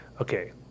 okay